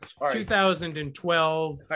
2012